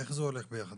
איך זה הולך ביחד?